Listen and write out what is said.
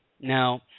Now –